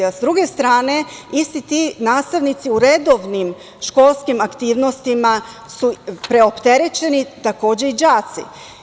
Sa druge strane, isti ti nastavnici u redovnim školskim aktivnostima su preopterećeni, a takođe i đaci.